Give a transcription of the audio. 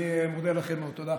אני מודה לכם מאוד, תודה.